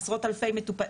עשרות אלפי מטופלים.